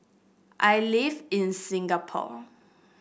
I live in Singapore